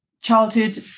childhood